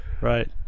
Right